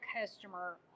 customer